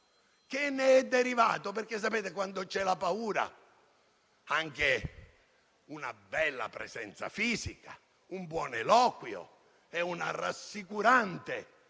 che ne è derivato. Sapete, quando c'è la paura, anche una bella presenza fisica, un buon eloquio e una rassicurante